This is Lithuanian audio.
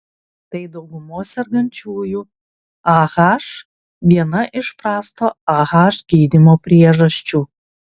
tai daugumos sergančiųjų ah viena iš prasto ah gydymo priežasčių